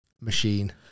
machine